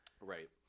Right